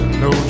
no